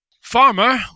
Farmer